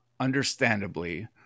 understandably